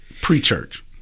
Pre-church